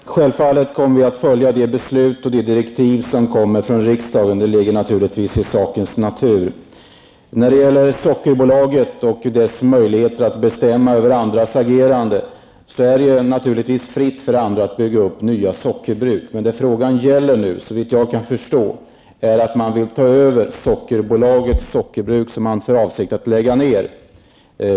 Herr talman! Självfallet kommer vi att följa de beslut och de direktiv som kommer från riksdagen -- det ligger i sakens natur. När det gäller Sockerbolaget och dess möjligheter att bestämma över andras agerande vill jag säga att det naturligtvis är fritt för andra att bygga upp nya sockerbruk. Men vad det nu är fråga om är såvitt jag förstår att Arla vill ta över Sockerbolagets sockerbruk, som bolaget har för avsikt att lägga ned.